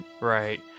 right